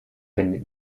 wendet